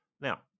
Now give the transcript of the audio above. Now